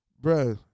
bro